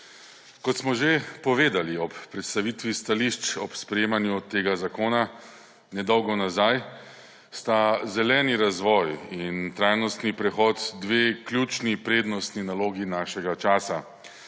Kot smo že povedali ob predstavitvi stališč ob sprejemanju tega zakona nedolgo nazaj, sta zeleni razvoj in trajnostni prehod dve ključni prednostni nalogi našega časa,